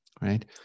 right